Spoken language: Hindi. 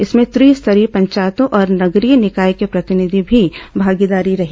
इसमें त्रिस्तरीय पंचायतों और नगरीय निकाय के प्रतिनिधियों की भी भागीदारी रही